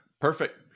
perfect